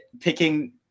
picking